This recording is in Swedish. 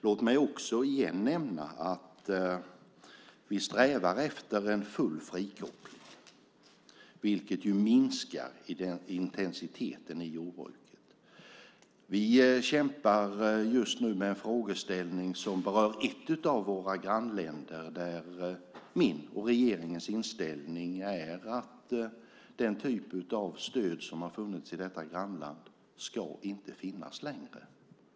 Låt mig också återigen nämna att vi strävar efter en full frikoppling vilket ju minskar intensiteten i jordbruket. Vi kämpar just nu med en frågeställning som berör ett av våra grannländer, där min och regeringens inställning är att den typ av stöd som har funnits i detta grannland inte ska finnas längre.